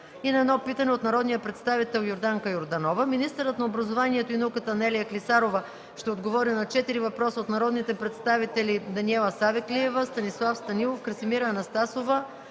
и на едно питане от народния представител Йорданка Йорданова. Министърът на образованието и науката Анелия Клисарова ще отговори на четири въпроса от народните представители Даниела Савеклиева; Станислав Станилов; Красимира Анастасова